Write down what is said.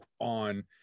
on